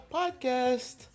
podcast